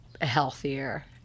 healthier